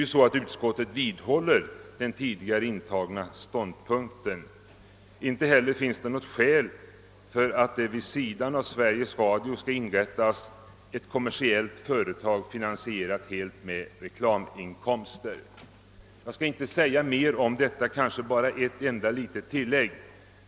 Utskottsmajoriteten vidhåller sin tidigare intagna ståndpunkt, att det inte finns något skäl för att det vid sidan av Sve riges Radio skall inrättas ett kommersiellt företag, helt finansierat med reklaminkomster. Jag skall inte säga mer härom utan bara göra ett enda litet tillägg.